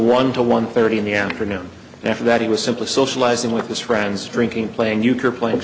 one to one thirty in the afternoon and after that he was simply socializing with his friends drinking playing euchre playing